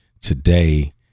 today